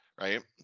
Right